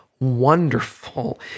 wonderful